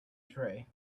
tray